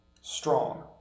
strong